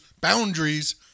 boundaries